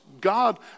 God